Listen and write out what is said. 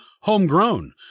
Homegrown